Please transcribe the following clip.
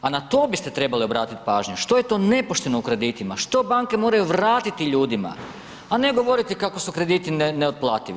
A na to biste trebali obratit pažnju, što je to nepošteno u kreditima, što banke moraju vratiti ljudima, a ne govoriti kako su krediti neotplativi.